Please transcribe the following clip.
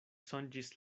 sonĝis